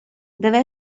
deve